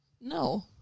No